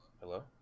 Hello